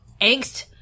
angst